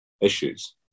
issues